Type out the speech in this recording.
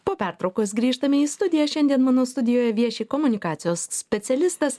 po pertraukos grįžtame į studiją šiandien mano studijoje vieši komunikacijos specialistas